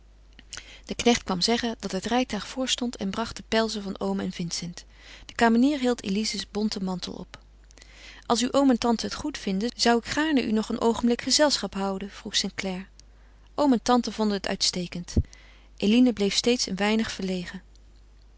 de knecht kwam zeggen dat het rijtuig voor stond en bracht de pelsen van oom en vincent de kamenier hield elize's bonten mantel op als uw oom en tante het goed vinden zou ik u gaarne nog een oogenblik gezelschap houden vroeg st clare oom en tante vonden het uitstekend eline bleef steeds een weinig verlegen